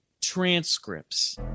transcripts